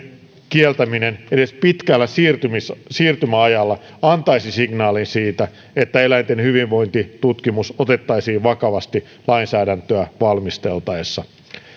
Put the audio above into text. kieltäminen edes pitkällä siirtymäajalla siirtymäajalla antaisi signaalin siitä että eläinten hyvinvointitutkimus otettaisiin vakavasti lainsäädäntöä valmisteltaessa